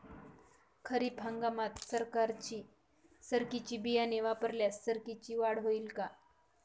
खरीप हंगामात सरकीचे बियाणे वापरल्यास सरकीची वाढ होईल का?